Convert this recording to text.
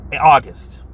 August